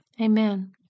Amen